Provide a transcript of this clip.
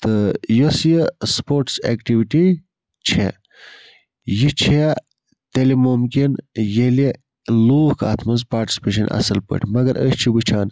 تہٕ یۄس یہِ سپوٹس ایٚکٹِوِٹی چھےٚ یہِ چھےٚ تیٚلہِ مُمکِن ییٚلہِ لوٗکھ اتھ مَنٛز پاٹسِپیشَن اصل پٲٹھۍ مگر أسۍ چھِ وٕچھان